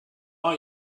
are